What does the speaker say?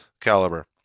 caliber